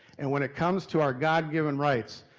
and when it comes to our god-given rights,